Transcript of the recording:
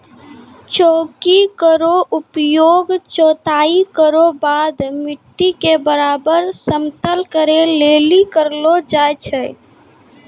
चौकी केरो उपयोग जोताई केरो बाद मिट्टी क बराबर समतल करै लेलि करलो जाय छै